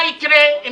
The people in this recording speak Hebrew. מה יקרה?